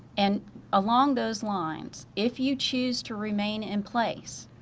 and along those lines, if you choose to remain in place,